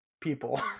people